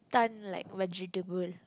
stun like vegetable